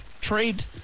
trade